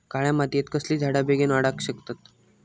काळ्या मातयेत कसले झाडा बेगीन वाडाक शकतत?